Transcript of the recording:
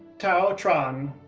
thao tran,